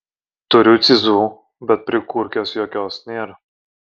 turiu cyzų bet prikurkės jokios nėr